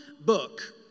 book